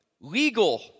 legal